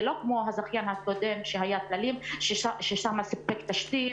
זה לא כמו הזכיין הקודם - "גלים" - שסיפק שם תשתית,